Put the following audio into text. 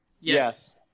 Yes